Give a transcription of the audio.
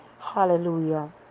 hallelujah